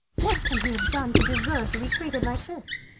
what can he have done to deserve to be treated like this?